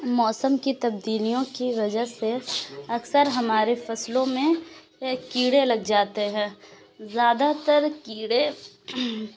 موسم کی تبدیلیوں کی وجہ سے اکثر ہمارے فصلوں میں کیڑے لگ جاتے ہیں زیادہ تر کیڑے